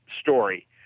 story